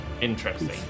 Interesting